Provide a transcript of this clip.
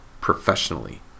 professionally